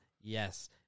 Yes